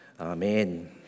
Amen